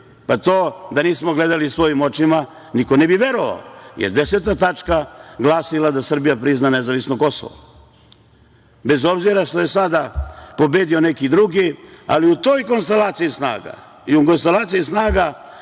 pa to da nismo gledali svojim očima, niko ne bi verovao, jer 10. tačka je glasila da Srbija prizna nezavisno Kosovo, bez obzira što je sada pobedio neki drugi, ali u toj konstelaciji snaga i u konstelaciji snaga